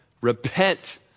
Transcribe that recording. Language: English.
Repent